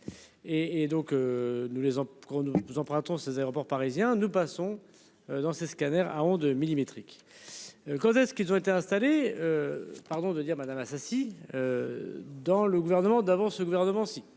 nous nous empruntons ces aéroports parisiens nous passons. Dans ces scanners à ondes millimétriques. Quand est-ce qu'ils ont été installés. Pardon de dire Madame Assassi. Dans le gouvernement d'avance ce gouvernement-ci